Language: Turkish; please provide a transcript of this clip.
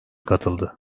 katıldı